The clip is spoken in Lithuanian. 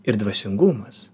ir dvasingumas